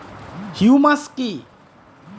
Humus কি?